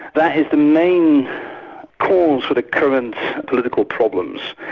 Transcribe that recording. that is the main cause for the current political problems,